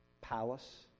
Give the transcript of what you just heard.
palace